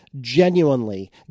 Genuinely